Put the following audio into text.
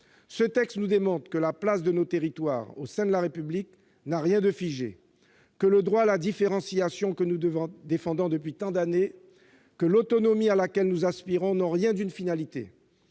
ce texte nous démontre que la place de nos territoires au sein de la République n'a rien de figé ; que le droit à la différenciation, que nous défendons depuis tant d'années, et que l'autonomie à laquelle nous aspirons ne sont pas